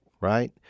right